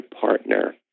partner